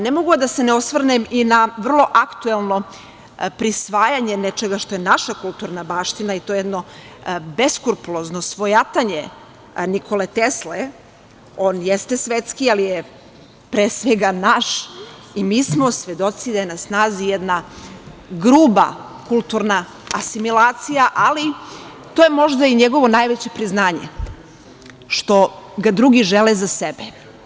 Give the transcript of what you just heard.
Ne mogu a da se ne osvrnem i na vrlo aktuelno prisvajanje nečega što je naša kulturna baština, i to jedno beskrupulozno svojatanje Nikole Tesle, on jeste svetski ali je pre svega naš i mi smo svedoci da je na snazi jedna grupa kulturna asimilacija, ali to je možda i njegovo najveće priznanje, što ga drugi žele za sebe.